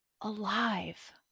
alive